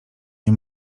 nie